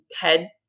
head